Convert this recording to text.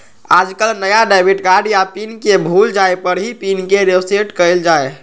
आजकल नया debit card या पिन के भूल जाये पर ही पिन के रेसेट कइल जाहई